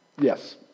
yes